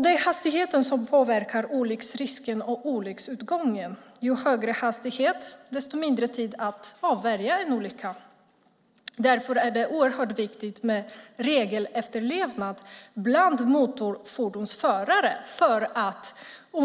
Det är hastigheten som påverkar olycksrisken och olycksutgången. Ju högre hastighet desto mindre tid att avvärja en olycka. För att undvika olyckor med cyklister är det därför oerhört viktigt med regelefterlevnad bland motorfordonsförare.